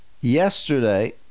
yesterday